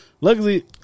Luckily